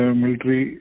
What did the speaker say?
military